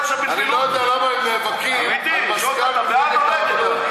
אני לא יודע למה הם נאבקים על מזכ"ל מפלגת העבודה,